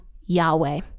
Yahweh